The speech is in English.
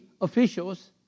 officials